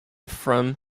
from